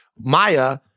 Maya